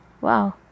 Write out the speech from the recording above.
Wow